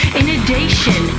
inundation